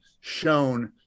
shown